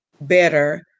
better